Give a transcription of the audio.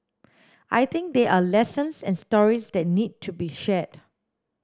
I think there are lessons and stories that need to be shared